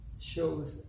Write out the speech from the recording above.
shows